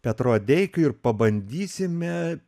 petru adeikiu ir pabandysime